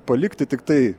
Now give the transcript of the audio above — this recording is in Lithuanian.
palikti tiktai